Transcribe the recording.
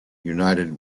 united